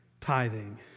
tithing